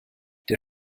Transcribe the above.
der